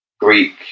Greek